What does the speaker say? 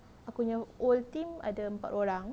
aku nya old team ada empat orang